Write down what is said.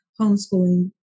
homeschooling